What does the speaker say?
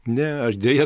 ne aš deja